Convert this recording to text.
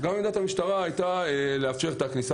גם עמדת המשטרה הייתה לאפשר את הכניסה